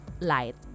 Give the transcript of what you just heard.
Light